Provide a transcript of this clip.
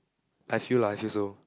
I feel lah I feel so